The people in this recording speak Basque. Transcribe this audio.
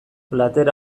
plater